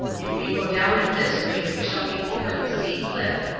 if we go down at this rate we shall be over the sea cliff,